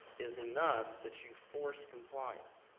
is enough that you force compliance.